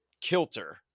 kilter